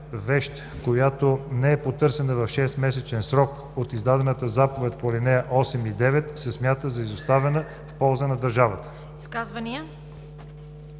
която не е потърсена в 6-месечен срок от издаването на заповедта по ал. 8 и 9, се смята за изоставена в полза на държавата.“